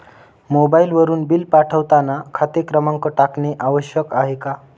मोबाईलवरून बिल पाठवताना खाते क्रमांक टाकणे आवश्यक आहे का?